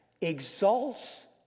exalts